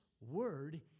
word